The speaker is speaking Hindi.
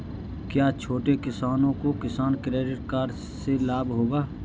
क्या छोटे किसानों को किसान क्रेडिट कार्ड से लाभ होगा?